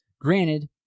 granted